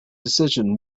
decision